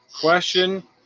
Question